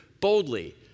boldly